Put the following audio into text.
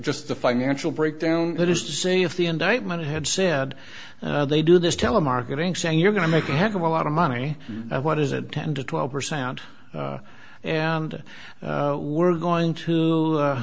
just the financial breakdown that is to say if the indictment had said they do this telemarketing saying you're going to make a heck of a lot of money what is it ten to twelve percent and we're going to